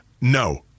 no